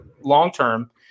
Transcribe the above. long-term